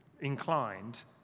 inclined